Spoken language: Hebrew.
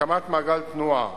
הקמת מעגל תנועה